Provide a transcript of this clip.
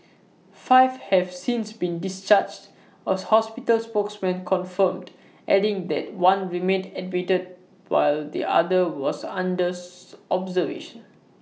five have since been discharged A hospital spokesperson confirmed adding that one remained admitted while the other was under observation